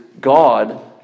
God